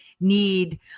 need